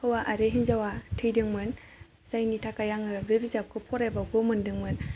हौवा आरो हिनजावआ थैदोंमोन जायनि थाखाय आङो बे बिजाबखौ फरायबावगौ मोनदोंमोन